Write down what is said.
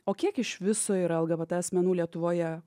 o kiek iš viso yra lgbt asmenų lietuvoje